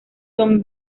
son